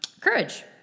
courage